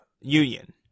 union